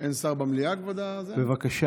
אין שר במליאה, כבוד, בבקשה.